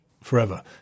forever